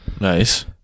Nice